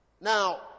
Now